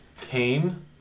Cain